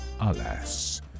alas